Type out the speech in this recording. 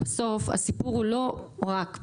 בסוף הסיפור והא לא רק פנים-ישראלי,